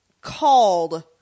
called